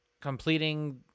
completing